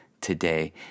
today